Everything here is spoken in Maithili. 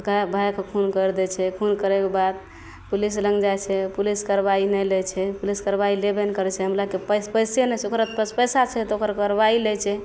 ओकरा भाइके खून करि दै छै खून करैके बाद पुलिसलग जाइ छै पुलिस कार्रवाइ नहि लै पुलिस कार्रवाइ लेबे नहि करै छै हमरा तऽ पास पइसे नहि छै ओकरापास पइसा छै तऽ ओकर कार्रवाइ लै छै